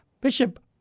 Bishop